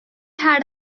had